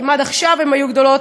אם עד עכשיו הן היו גדולות,